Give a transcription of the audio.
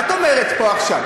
מה את אומרת פה עכשיו?